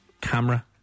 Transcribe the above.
camera